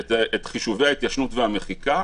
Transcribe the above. את חישובי ההתיישנות והמחיקה,